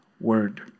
word